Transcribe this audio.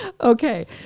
okay